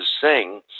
sing